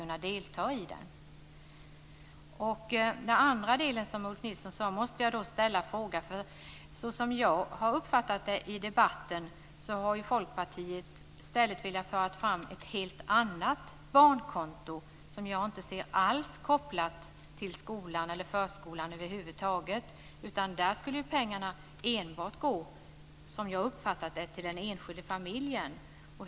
När det gäller den andra frågan som Ulf Nilsson ställde måste jag ställa en fråga, för som jag har uppfattat det i debatten har Folkpartiet i stället velat föra fram ett helt annat barnkonto som jag inte ser som kopplat till skolan eller förskolan över huvud taget. Som jag har uppfattat det skulle pengarna enbart gå till den enskilda familjen.